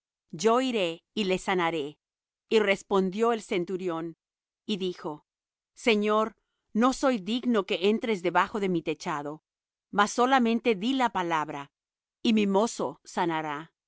yo iré y le sanaré y respondió el centurión y dijo señor no soy digno de que entres debajo de mi techado mas solamente di la palabra y mi mozo sanará